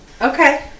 Okay